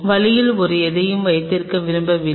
வழியில் வரும் எதையும் வைத்திருக்க விரும்பவில்லை